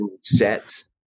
sets